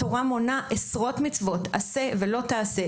התורה מונה עשרות מצוות, עשה ואל תעשה.